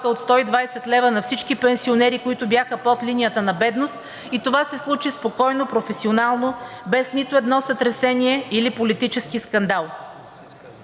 от 120 лв. на всички пенсионери, които бяха под линията на бедност, и това се случи спокойно, професионално, без нито едно сътресение или политически скандал.